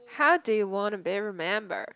how do you want to be remember